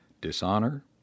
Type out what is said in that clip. dishonor